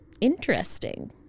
interesting